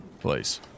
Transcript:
place